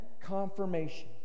confirmation